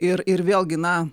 ir ir vėlgi na